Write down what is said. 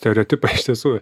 stereotipai iš tiesų